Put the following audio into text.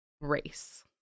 race